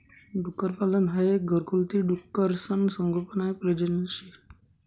डुक्करपालन हाई एक घरगुती डुकरसनं संगोपन आणि प्रजनन शे